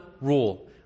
rule